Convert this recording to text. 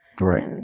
Right